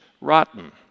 rotten